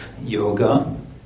yoga